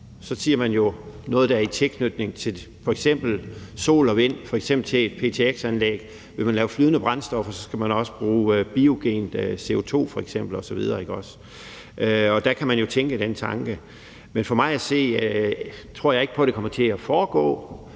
taler man om noget, der er i tilknytning til f.eks. sol og vind, f.eks. ptx-anlæg. Hvis man laver flydende brændstoffer, skal man f.eks. også bruge biogent CO2 osv., ikke? Der kan man jo tænke den tanke, men jeg tror ikke på, det kommer til at foregå.